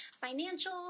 financial